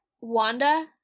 Wanda